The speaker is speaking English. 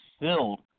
filled